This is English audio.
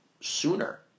sooner